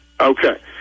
Okay